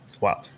wow